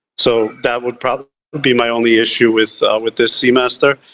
so that would probably be my only issue with with this seamaster.